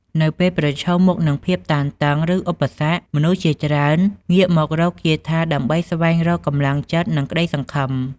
នៅពេលប្រឈមមុខនឹងភាពតានតឹង ឬឧបសគ្គ មនុស្សជាច្រើនងាកមករកគាថាដើម្បីស្វែងរកកម្លាំងចិត្តនិងក្តីសង្ឃឹម។